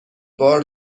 بار